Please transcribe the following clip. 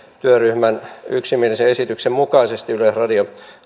työryhmän yksimielisen esityksen mukaisesti yleisradion